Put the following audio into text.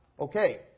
Okay